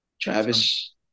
Travis